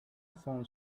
found